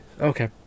okay